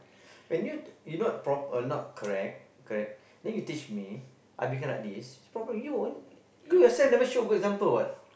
when you you not you're not proper you're not correct correct then you teach me I become like this the problem is you only you yourself never show good example what